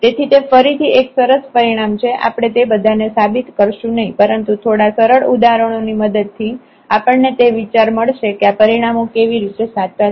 તેથી તે ફરીથી એક સરસ પરિણામ છે આપણે તે બધાને સાબિત કરશું નહિ પરંતુ થોડા સરળ ઉદાહરણોની મદદથી આપણને તે વિચાર મળશે કે આ પરિણામો કેવી રીતે સાચા છે